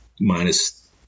minus